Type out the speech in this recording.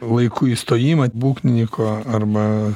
laiku įstojimą būgnininko arba